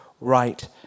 right